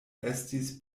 estis